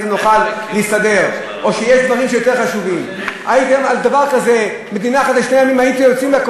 כאלה שלא מוכנים למדינה אחת לשני עמים: ומדינה אחת לשלושה עמים